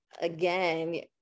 again